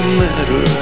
matter